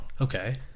okay